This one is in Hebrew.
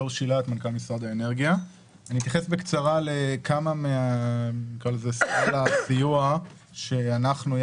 אתייחס בקצרה לסל הסיוע שאנחנו,